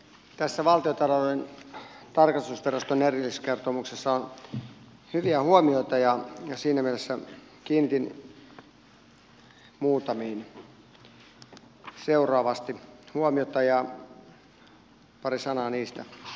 tässä valtiontalouden tarkastusviraston erilliskertomuksessa on hyviä huomioita ja siinä mielessä kiinnitin muutamiin seuraavasti huomiota ja pari sanaa niistä